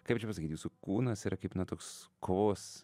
kaip čia pasakyt jūsų kūnas yra kaip na toks kovos